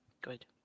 good